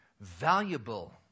valuable